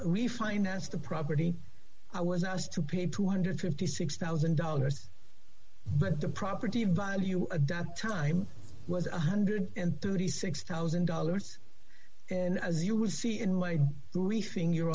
refinance the property i was asked to pay two hundred and fifty six thousand dollars but the property value a dot time was one hundred and thirty six thousand dollars and as you will see in my grief in your